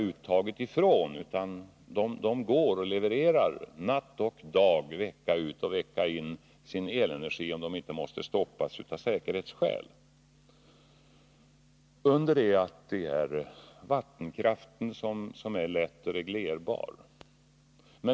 De levererar energi natt och dag, vecka ut och vecka in, såvida de inte stoppas av säkerhetsskäl. Energiuttaget från vattenkraft däremot är reglerbart.